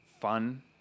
fun